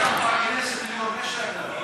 להגנת הצומח (נזקי עיזים)